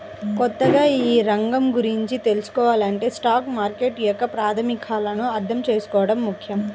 కొత్తగా ఈ రంగం గురించి తెల్సుకోవాలంటే స్టాక్ మార్కెట్ యొక్క ప్రాథమికాలను అర్థం చేసుకోవడం ముఖ్యం